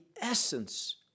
essence